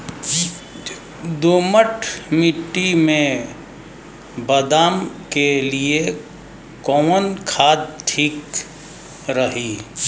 दोमट मिट्टी मे बादाम के लिए कवन खाद ठीक रही?